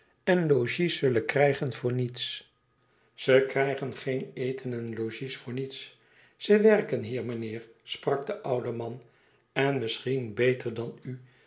en logies zullen krijgen voor niets e ids aargang e krijgen geen eten en logies voor niets ze werken hier meneer sprak de oude man en misschien beter dan